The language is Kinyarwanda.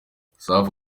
safi